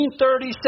1937